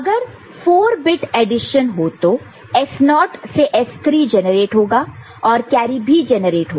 अगर 4 bit addition हो तो S0 naught naught S3 generate होगा और कैरी भी जेनरेट होगा